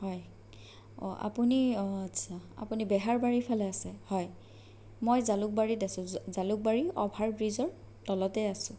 হয় অঁ আপুনি অঁ আচ্ছা আপুনি বেহাৰবাৰীৰ ফালে আছে হয় মই জালুকবাৰীত আছোঁ জালুকবাৰী অভাৰ ব্ৰীজৰ তলতেই আছোঁ